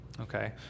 Okay